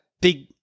big